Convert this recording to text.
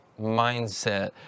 mindset